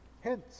Hence